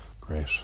Great